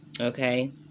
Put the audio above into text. Okay